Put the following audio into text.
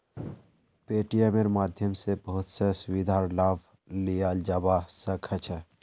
पेटीएमेर माध्यम स बहुत स सुविधार लाभ लियाल जाबा सख छ